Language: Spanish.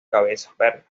cabeza